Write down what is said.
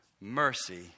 mercy